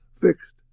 fixed